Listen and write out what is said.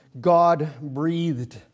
God-breathed